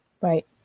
Right